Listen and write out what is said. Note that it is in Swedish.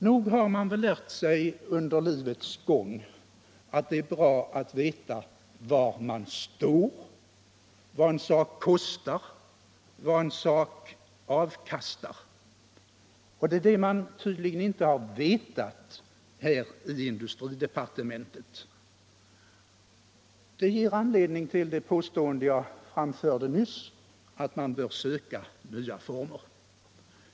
Nog har man väl lärt sig under livets gång att det är bra att veta var man står, vad en sak kostar och vad en sak avkastar. Det är det man tydligen inte har vetat i industridepartementet. Det ger anledning till det påstående som jag framförde nyss, att man för statligt forskningsoch utvecklingsarbete bör söka nya former.